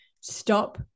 stop